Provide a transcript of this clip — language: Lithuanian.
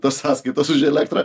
tas sąskaitas už elektrą